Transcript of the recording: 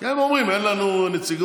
הם אומרים: אין לנו נציגות,